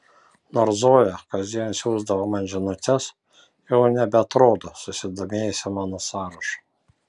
nors zoja kasdien siųsdavo man žinutes jau nebeatrodo susidomėjusi mano sąrašu